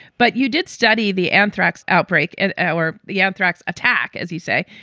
but you did study the anthrax outbreak and our the anthrax attack, as you say.